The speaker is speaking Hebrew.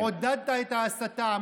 אתה עודדת את ההסתה.